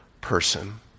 person